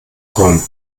traum